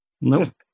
Nope